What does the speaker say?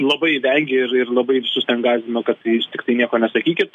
labai vengė ir ir labai visus ten gąsdino kad jūs tiktai nieko nesakykit